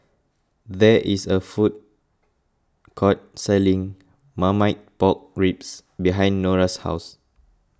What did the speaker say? there is a food court selling Marmite Pork Ribs behind Nora's house